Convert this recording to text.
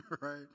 right